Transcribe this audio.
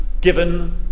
given